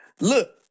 Look